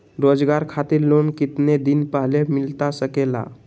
रोजगार खातिर लोन कितने दिन पहले मिलता सके ला?